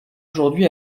aujourd’hui